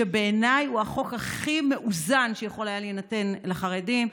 שבעיניי הוא החוק הכי מאוזן שיכול היה להינתן לחרדים,